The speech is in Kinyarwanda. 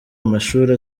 amashuli